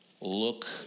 look